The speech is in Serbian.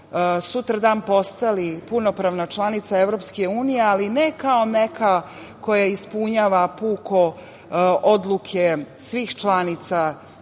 sutradan postali punopravna članica EU, ali ne kao neka koja ispunjava puko odluke svih članica EU,